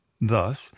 thus